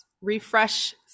refresh